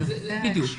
בדיוק.